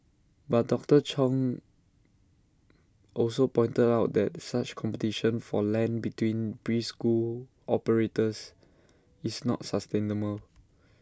but doctor chung also pointed out that such competition for land between preschool operators is not sustainable